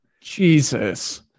Jesus